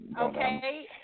Okay